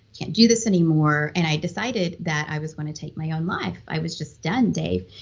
can't do this anymore. and i decided that i was going to take my own life, i was just done, dave.